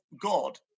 God